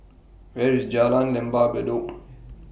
Where IS Jalan Lembah Bedok